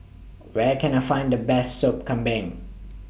Where Can I Find The Best Sup Kambing